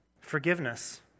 forgiveness